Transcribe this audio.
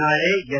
ನಾಳೆ ಎಸ್